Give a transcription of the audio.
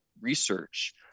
research